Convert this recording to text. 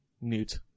Newt